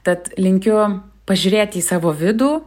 tad linkiu pažiūrėti į savo vidų